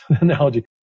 analogy